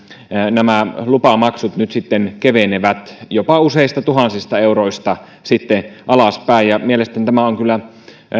lupamaksut nyt sitten kevenevät jopa useista tuhansista euroista alaspäin mielestäni tämä on kyllä